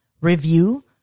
review